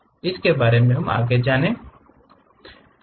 इसके बारे में जानें